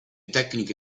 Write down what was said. tecniche